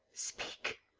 speak,